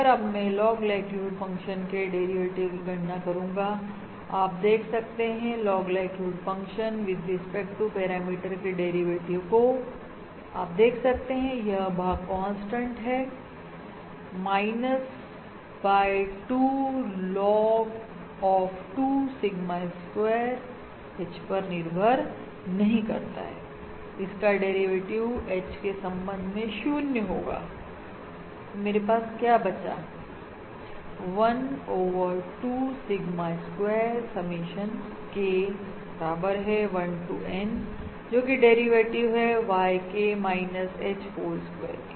अगर अब मैं लॉग लाइक्लीहुड फंक्शन के डेरिवेटिव की गणना करूंगा आप देख सकते हैं log likelihood function with respect to parameter के डेरिवेटिव को आप देख सकते हैं यह भाग कांस्टेंट है minus by 2 log of 2 sigma square H पर निर्भर नहीं करता है इसका डेरिवेटिव एच के संबंध में 0 होगातो मेरे पास क्या बचा 1 over two sigma square summation K बराबर हैं 1 to Nजो कि डेरिवेटिव है YK minus H whole square